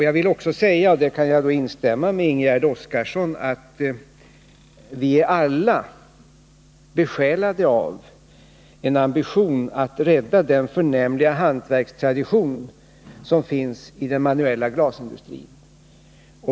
Jag vill också säga — därvid kan jag hålla med Ingegärd Oskarsson — att vi alla är besjälade av en ambition att rädda den förnämliga hantverkstradition som finns i den manuella glasindustrin.